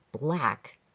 black